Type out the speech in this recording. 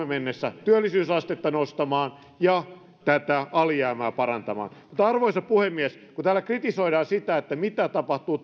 mennessä työllisyysastetta nostamaan ja tätä alijäämää parantamaan arvoisa puhemies kun täällä kritisoidaan sitä mitä tapahtuu